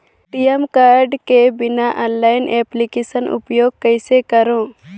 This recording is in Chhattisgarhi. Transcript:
ए.टी.एम कारड के बिना ऑनलाइन एप्लिकेशन उपयोग कइसे करो?